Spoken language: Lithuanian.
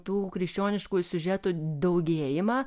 tų krikščioniškų siužetų daugėjimą